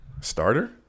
Starter